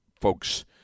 folks